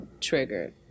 triggered